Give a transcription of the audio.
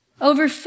Over